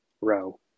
row